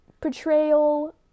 Portrayal